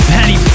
Penny